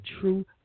true